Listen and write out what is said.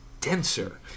denser